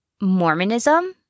Mormonism